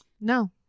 No